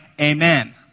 amen